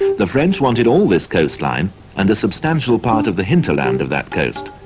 the french wanted all this coastline and a substantial part of the hinterland of that coast,